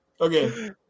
Okay